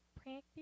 Practice